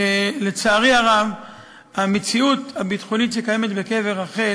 שלצערי הרב המציאות הביטחונית שקיימת בקבר רחל